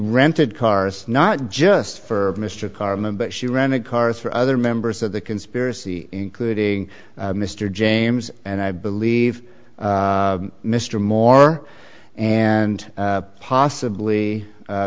rented cars not just for mr carmen but she rented cars for other members of the conspiracy including mr james and i believe mr moore and possibly